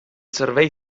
servei